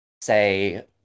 say